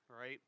right